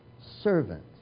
servant